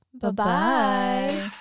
Bye-bye